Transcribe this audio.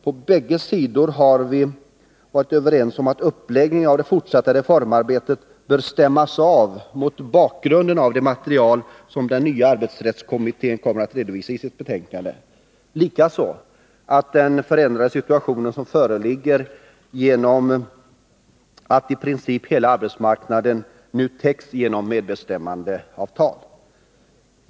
På bägge sidor har vi varit överens om att uppläggningen av det fortsatta reformarbetet bör stämmas av mot bakgrunden av det material som den nya arbetsrättskommittén kommer att redovisa i sitt betänkande, likaså den förändrade situation som föreligger genom att i princip hela arbetsmarknaden nu täcks av medbestämmandeavtal.